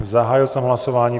Zahájil jsem hlasování.